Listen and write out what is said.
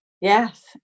Yes